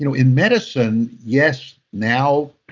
you know in medicine, yes, now